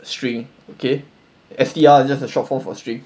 string okay S_T_R is just a short form for string